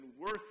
worth